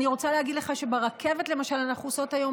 אני רוצה להגיד לך שברכבת למשל אנחנו עושות היום